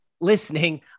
listening